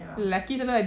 lelaki selalu ada